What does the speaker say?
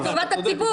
לטובת הציבור?